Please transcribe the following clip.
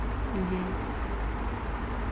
mmhmm